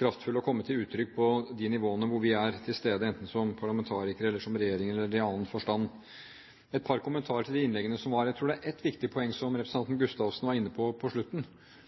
kraftfull og komme til uttrykk på de nivåene hvor vi er til stede, enten som parlamentarikere eller som regjering eller i annen forstand. Et par kommentarer til innleggene: Jeg tror det er et viktig poeng, som representanten Gustavsen var inne på på slutten,